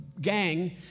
gang